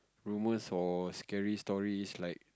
rumors for scary stories is like